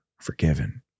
forgiven